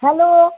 hello